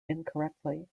incorrectly